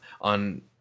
on